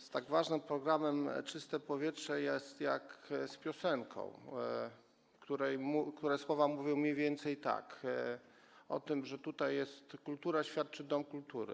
Z tak ważnym programem „Czyste powietrze” jest jak z piosenką, której słowa mówią mniej więcej tak: O tym, że tutaj jest kultura, świadczy dom kultury.